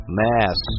mass